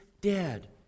dead